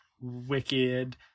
wicked